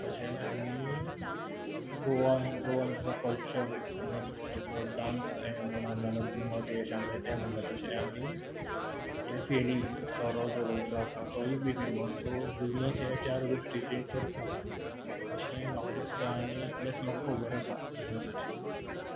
अशें आनी Goa Goan culture dance हें म्हणा ना जाल्यार घुमट हें शामेळ हें म्हणलां तशें तें आनी हें फेणी सोरो गोंयचो आसा तोय बी फॅमस सो बिजनस हे चार गोष्टीचेर करता अशें म्हाका दिसता आनी इतलेंच म्हाका खबर आसा बिजनसाचेर